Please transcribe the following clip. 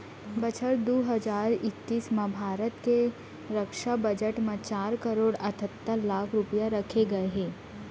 बछर दू हजार इक्कीस म भारत के रक्छा बजट म चार करोड़ अठत्तर लाख रूपया रखे गए हे